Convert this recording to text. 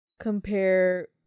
compare